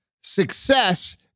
Success